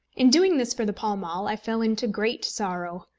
in doing this for the pall mall, i fell into great sorrow.